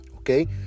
Okay